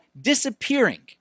disappearing